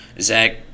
Zach